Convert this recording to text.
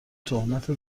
تهمت